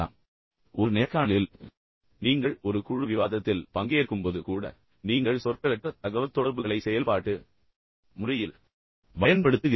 எனவே நீங்கள் ஒரு நேர்காணலுக்குச் செல்லும்போது கூட நீங்கள் ஒரு குழு விவாதத்தில் பங்கேற்கும்போது கூட நீங்கள் சொற்களற்ற தகவல்தொடர்புகளை செயல்பாட்டு முறையில் பயன்படுத்துகிறீர்கள்